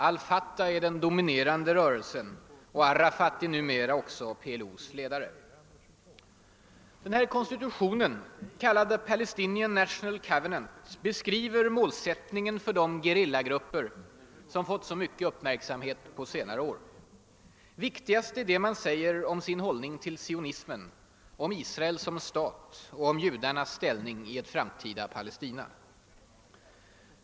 al Fatah är den dominerande rörelsen, och Arafat är numera också PLO:s ledare. Den konstitution jag nämnde, kallad The Palestinean National Covenant, beskriver målsättningen för de gerillagrupper som fått så mycken uppmärksamhet på senare år. Viktigast är det man säger om sin hållning till sionismen, om Israel som stat och om judarnas ställning i ett framtida Palestina.